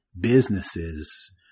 businesses